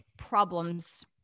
problems